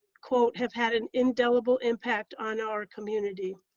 quote, have had an indelible impact on our community.